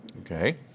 Okay